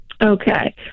Okay